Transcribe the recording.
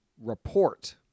report